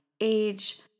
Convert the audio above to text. age